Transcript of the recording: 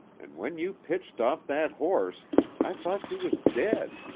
an' when you pitched off that horse i thought you was dead.